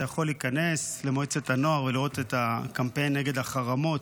אתה יכול להיכנס למועצת הנוער ולראות את הקמפיין נגד החרמות.